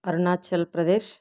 Arunachal Pradesh